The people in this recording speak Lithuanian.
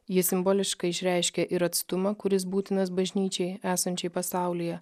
ji simboliškai išreiškia ir atstumą kuris būtinas bažnyčiai esančiai pasaulyje